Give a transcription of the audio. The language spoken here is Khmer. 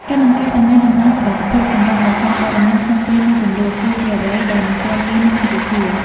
ការបង្កើតឱ្យមាន "តំបន់សុវត្ថិភាព" សម្រាប់អ្នកសារព័ត៌មានក្នុងពេលមានជម្លោះ គឺជាអ្វីដែលមិនទាន់មាននៅកម្ពុជា។